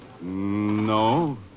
No